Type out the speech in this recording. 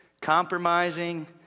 compromising